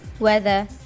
weather